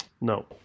no